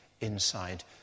inside